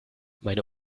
meine